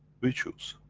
we choose.